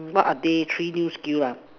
what are they three new skills ah